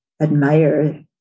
admire